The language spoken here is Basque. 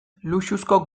luxuzko